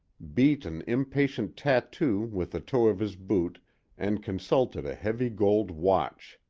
beat an impatient tattoo with the toe of his boot and consulted a heavy gold watch.